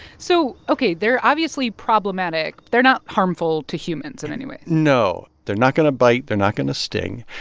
so ok. they're obviously problematic. they're not harmful to humans in any way no. they're not going to bite. they're not going to sting.